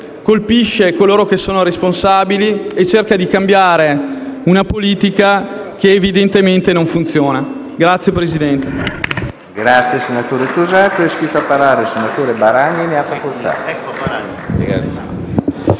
colpisca coloro che sono responsabili e cerchi di cambiare una politica che evidentemente non funziona. *(Applausi